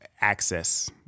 access